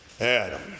Adam